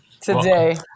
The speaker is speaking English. today